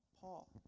Paul